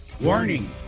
warning